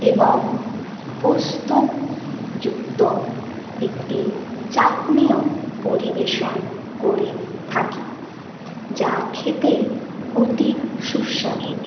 এবং পোস্তযুক্ত একটি চাটনিও পরিবেশন করে থাকি যা খেতে অতি সুস্বাদু